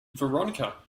veronica